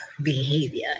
behavior